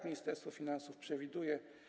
Ministerstwo Finansów tak przewiduje.